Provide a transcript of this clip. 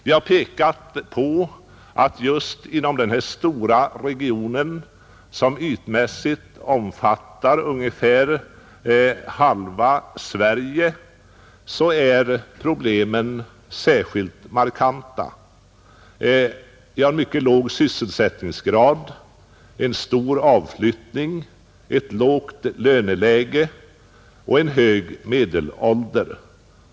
Vi har pekat på att just inom denna stora region, som ytmässigt omfattar ungefär halva Sverige, är problemen särskilt markanta. Man har en mycket låg sysselsättningsgrad, stor avflyttning, lågt löneläge och hög medelålder.